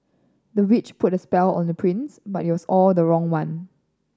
the witch put a spell on the prince but it was all the wrong one